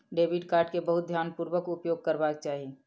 debit card के बहुत ध्यानपूर्वक उपयोग करबाक चाही